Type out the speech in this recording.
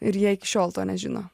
ir jie iki šiol to nežino